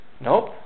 Nope